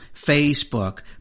Facebook